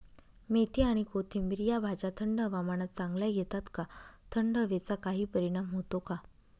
मेथी आणि कोथिंबिर या भाज्या थंड हवामानात चांगल्या येतात का? थंड हवेचा काही परिणाम होतो का?